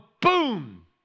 boom